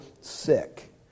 sick